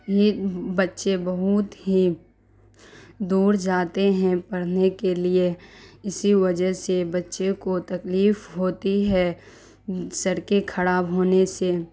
ہی بچے بہت ہی دور جاتے ہیں پڑھنے کے لیے اسی وجہ سے بچے کو تکلیف ہوتی ہے سڑکیں خراب ہونے سے